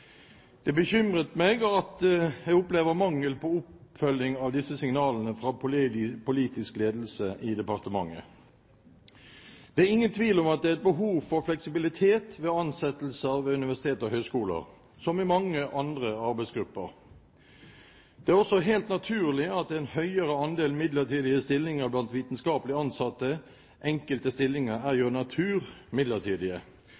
Det bekymrer meg at jeg opplever mangel på oppfølging av disse signalene fra politisk ledelse i departementet. Det er ingen tvil om at det er et behov for fleksibilitet ved ansettelser ved universiteter og høyskoler, som i mange andre arbeidsgrupper. Det er også helt naturlig at det er en høyere andel midlertidige stillinger blant vitenskapelig ansatte – enkelte stillinger er